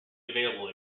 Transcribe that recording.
available